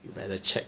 you better check